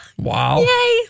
Wow